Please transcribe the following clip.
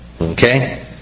okay